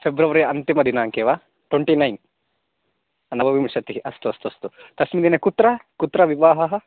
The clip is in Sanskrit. फ़ेब्रवरि अन्तिम दिनाङ्के वा ट्वन्टिनैन् नवविंशतिः अस्तु अस्तु अस्तु तस्मिन् दिने कुत्र कुत्र विवाहः